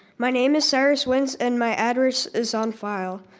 my name is cyrus wince, and my address is on file.